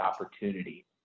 opportunity